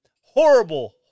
horrible